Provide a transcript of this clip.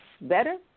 better